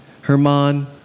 Herman